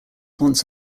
once